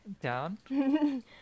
down